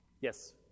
Yes